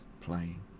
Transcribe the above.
playing